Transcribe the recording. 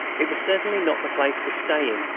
it was certainly not the place to stay in,